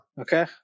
Okay